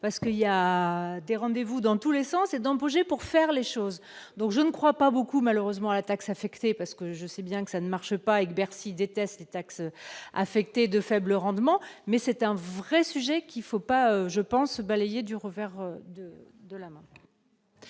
parce que il y a des rendez-vous dans tous les sens et d'un projet pour faire les choses, donc je ne crois pas beaucoup malheureusement la taxe affectée parce que je sais bien que ça ne marche pas avec Bercy détesté taxes affectées de faibles rendements mais c'est un vrai sujet qu'il faut pas je pense balayé du revers de la main.